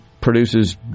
produces